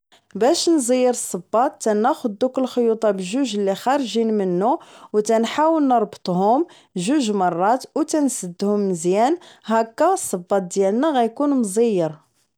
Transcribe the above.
واش نزير الصباط تناخد دوك الخيوطة بجوج اللي خارجين منه كنربطوهم جوج مرات و كنسدهم مزيان هكا الصباط ديالنا غيكون مزيار